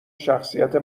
شخصیت